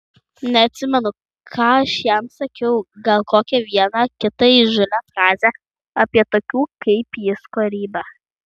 neatsimenu ką aš jam sakiau gal kokią vieną kitą įžūlią frazę apie tokių kaip jis kūrybą